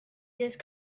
just